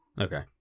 Okay